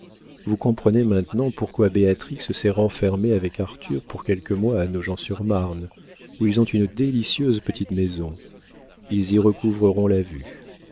vous comprenez maintenant pourquoi béatrix s'est renfermée avec arthur pour quelques mois à nogent sur marne où ils ont une délicieuse petite maison ils y recouvreront la vue